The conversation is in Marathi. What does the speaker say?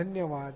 धन्यवाद